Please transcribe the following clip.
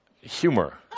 humor